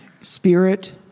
Spirit